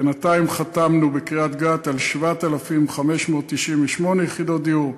בינתיים חתמנו בקריית-גת על 7,598 יחידות דיור.